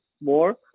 more